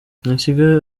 besigye